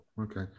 Okay